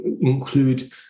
include